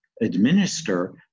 administer